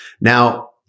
Now-